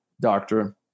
doctor